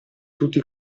tutti